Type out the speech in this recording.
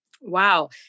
Wow